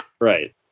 Right